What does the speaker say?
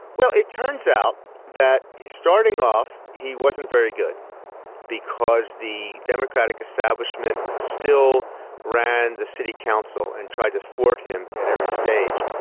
well, it turns out that starting off he wasn't very good because the democratic establishment still ran the city council and tried to thwart him at every stage.